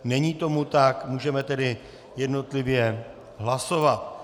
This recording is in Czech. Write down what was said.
Není tomu tak, můžeme tedy jednotlivě hlasovat.